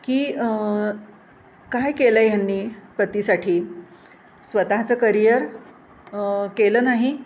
की काय केलं आहे ह्यांनी पतीसाठी स्वतःचं करियर केलं नाही